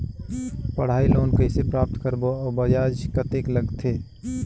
पढ़ाई लोन कइसे प्राप्त करबो अउ ब्याज कतेक लगथे?